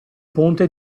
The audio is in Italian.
ponte